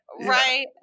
Right